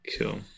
Cool